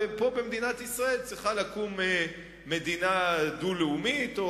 ופה במדינת ישראל צריכה לקום מדינה דו-לאומית או